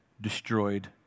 destroyed